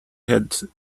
had